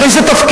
הרי זה תפקידנו.